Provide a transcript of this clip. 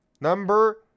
Number